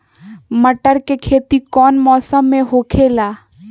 मटर के खेती कौन मौसम में होखेला?